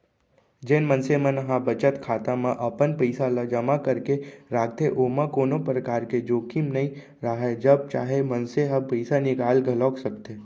जेन मनसे मन ह बचत खाता म अपन पइसा ल जमा करके राखथे ओमा कोनो परकार के जोखिम नइ राहय जब चाहे मनसे ह पइसा निकाल घलौक सकथे